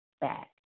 back